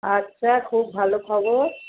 আচ্ছা খুব ভালো খবর